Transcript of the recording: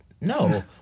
No